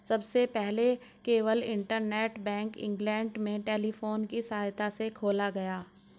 सबसे पहले केवल इंटरनेट बैंक इंग्लैंड में टेलीफोन की सहायता से खोला गया